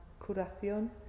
curación